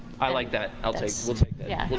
i like that. we'll take yeah